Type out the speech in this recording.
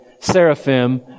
seraphim